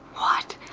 what?